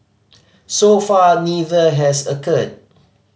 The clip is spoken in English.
so far neither has occurred